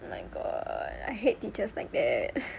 ugh I hate teachers like that